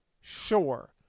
Sure